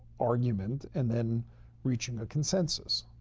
argument and then reaching a consensus.